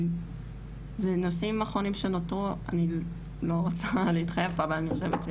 זה נושאים אחרונים שנותרו אני לא רוצה להתחייב פה אבל אני חושבת...